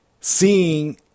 Seeing